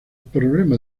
problema